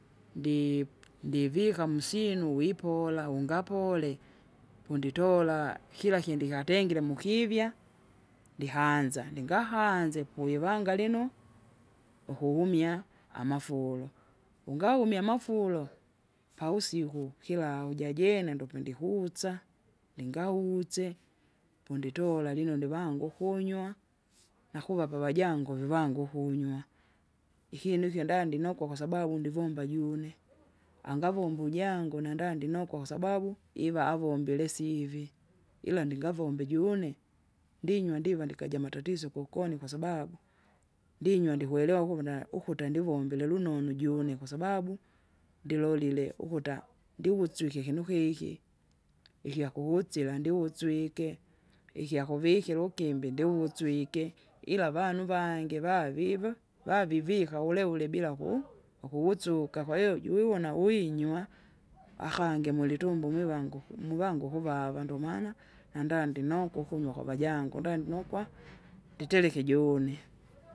ndipu ndivika musyinu uwipola ungapole, punditora kila kindi kyatengire mukivya, ndihanza ndingahanze kuivanga lino ukuhumia amafurwa, ungahumie amafurwa, pausiku kilau jajene ndopendikutsa, ndingautse ponditola lino ndivangu ukunywa, nakuvapa avajangu vivangu ukunywa. Ikinu ikyo ndandinokwa kwasabau ndivomba june, angavomba ujangu nanda ndinokwa kwasababu iva avombelesivi, ila ndingavombe juune, ndinywa ndiva ndikaja matatizo kukoni kwasababu kwasababu, ndinywa ndikwelewa ukuna- ukuta ndivomile lunonu juune kwasababu! ndilolile ukuta, ndikusyke ikinukiki, ikyakuwutsila ndiwuswike. Ikyakuvikira ugimbi ndivuswike ila avanu vange vavivo vavivika uleule bila kuwu- ukuwusuka kwahiyo juwona winywa akangi mulitumbo mwiwanguku mwivangu ukuva vandu maana nandandi noku kuno kwavajangu ndenukwa, nditiriki juune.